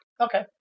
Okay